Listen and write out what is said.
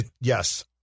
yes